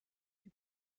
plus